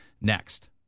next